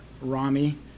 Rami